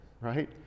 right